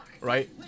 right